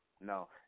no